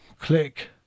click